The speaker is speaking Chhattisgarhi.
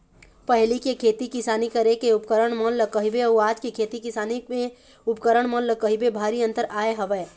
पहिली के खेती किसानी करे के उपकरन मन ल कहिबे अउ आज के खेती किसानी के उपकरन मन ल कहिबे भारी अंतर आय हवय